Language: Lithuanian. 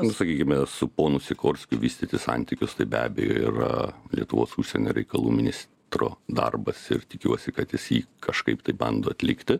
nu sakykime su ponu sikorskiu vystyti santykius tai be abejo yra lietuvos užsienio reikalų ministro darbas ir tikiuosi kad jis jį kažkaip tai bando atlikti